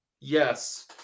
yes